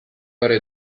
ore